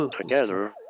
Together